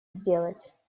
сделать